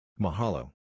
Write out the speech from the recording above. Mahalo